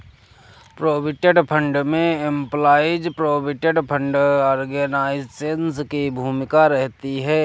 provident fund में employees provident fund organisation की भूमिका रहती है